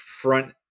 front